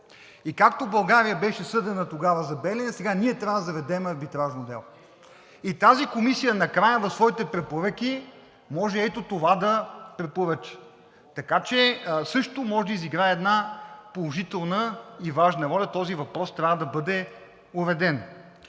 и както България беше съдена тогава за „Белене“, сега ние трябва да заведем арбитражно дело. Тази комисия накрая в своите препоръки може и ето това да препоръча. Така че също може да изиграе една положителна и важна роля, този въпрос трябва да бъде уреден.